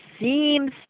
seems